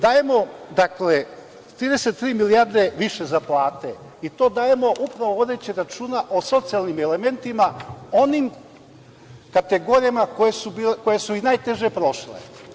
Dakle, dajemo 33 milijarde više za plate i to dajemo upravo vodeći računa o socijalnim elementima onim kategorijama koje su i najteže prošle.